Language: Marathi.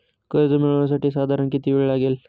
कर्ज मिळविण्यासाठी साधारण किती वेळ लागेल?